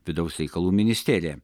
vidaus reikalų ministeriją